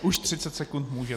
Už 30 sekund můžete.